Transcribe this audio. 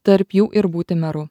tarp jų ir būti meru